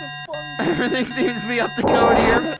ah everything seems to be up to code here,